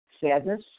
sadness